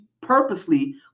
purposely